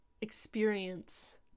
experience